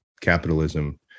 capitalism